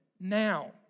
now